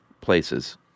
places